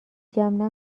جمع